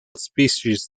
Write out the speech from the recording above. species